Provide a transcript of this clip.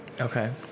Okay